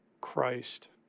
Christ